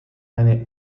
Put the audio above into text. eine